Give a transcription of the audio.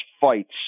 fights